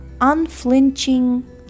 unflinching